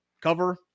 cover